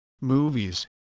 movies